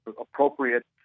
appropriate